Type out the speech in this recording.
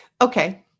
Okay